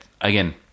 again